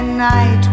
night